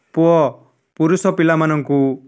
ପୁଅ ପୁରୁଷ ପିଲାମାନଙ୍କୁ